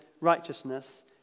righteousness